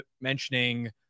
mentioning